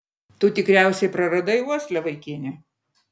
tu tikriausiai praradai uoslę vaikine